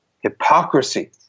hypocrisy